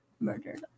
Murdered